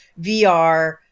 VR